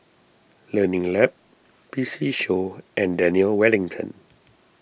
Learning Lab P C Show and Daniel Wellington